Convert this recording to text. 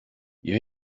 you